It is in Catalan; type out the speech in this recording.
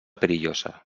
perillosa